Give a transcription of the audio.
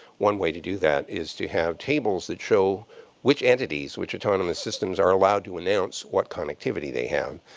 one way to do that is to have tables that show which entities, which autonomous systems are allowed to announce what connectivity they have.